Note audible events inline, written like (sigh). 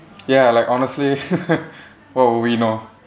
ya like honestly (laughs) what would we know